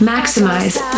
Maximize